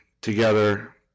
together